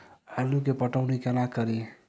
आलु केँ पटौनी कोना कड़ी?